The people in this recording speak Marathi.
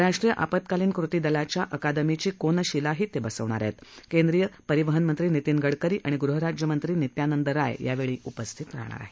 राष्ट्रीय आपत्कालीन कृती दलाच्या अकादमीची कोनशिलाही तबिसवणार आहेतकेंद्रीय परिवहन मंत्री नितीन गडकरी आणि गृह राज्यमंत्री नित्यानंद राय यावेळी उपस्थित राहणार आहेत